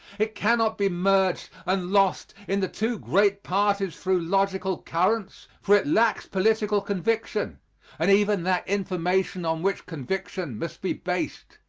it cannot be merged and lost in the two great parties through logical currents, for it lacks political conviction and even that information on which conviction must be based.